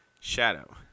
shadow